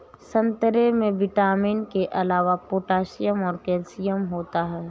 संतरे में विटामिन के अलावा पोटैशियम और कैल्शियम होता है